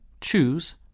choose